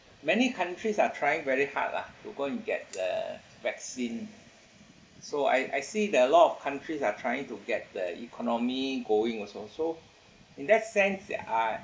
many countries are trying very hard lah to go and get the vaccine so I I see there are a lot of countries are trying to get the economy going also so in that sense that I